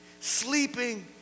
sleeping